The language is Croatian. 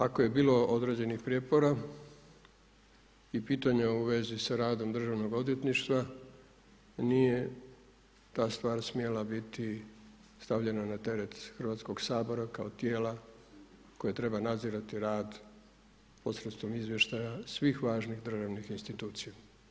Ako je bilo određenih prijepora i pitanja u svezi sa radom državnog odvjetništva, nije ta stvar smjela biti stavljena na teret Hrvatskoga sabora kao tijela koje treba nadzirati rad posredstvom izvještaja svih važnih državnih institucija.